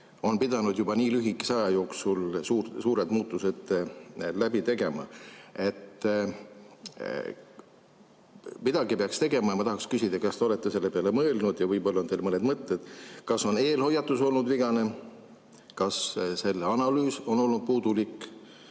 on pidanud juba nii lühikese aja jooksul suured muutused läbi tegema. Midagi peaks tegema. Ma tahaksin küsida, kas te olete selle peale mõelnud, võib-olla on teil mõned mõtted, kas on eelhoiatus olnud vigane, kas on analüüs olnud puudulik,